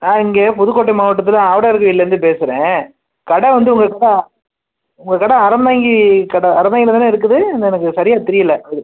நான் இங்கே புதுக்கோட்டை மாவட்டத்தில் ஆவுடையார் கோயில்லேருந்து பேசுகிறேன் கடை வந்து உங்கள் கடை உங்கள் கடை அறந்தாங்கி கடை அறந்தாங்கியில் தானே இருக்குது இல்லை எனக்கு சரியாக தெரியலை அது